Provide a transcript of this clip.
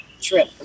trip